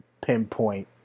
Pinpoint